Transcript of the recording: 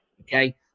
Okay